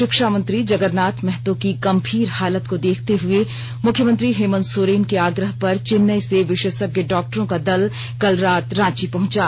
शिक्षा मंत्री जगरनाथ महतो की गंभीर हालत को देखते हुए मुख्यमंत्री हेमंत सोरेन के आग्रह पर चेन्नई से विशेषज्ञ डॉक्टरों का दल कल रात रांची पहुंचा